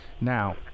Now